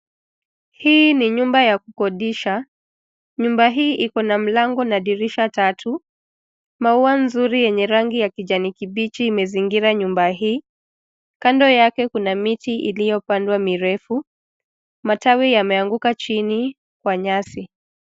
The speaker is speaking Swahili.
Hii ni nyumba ya kukodisha. Nyumba hii iko na mlango na dirisha tatu. Maua nzuri yenye rangi ya kijani kibichi imezingira nyumba hii. Kando yake kuna miti iliyopandwa mirefu. Matawi yameanguka chini kwa nyasi.